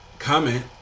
Comment